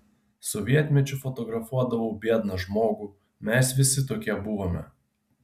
sovietmečiu fotografuodavau biedną žmogų mes visi tokie buvome